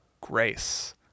grace